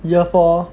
year four